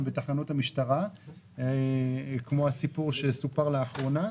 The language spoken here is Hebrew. בתחנות המשטרה כמו שהסיפור שסופר לאחרונה.